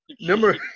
number